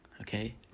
okay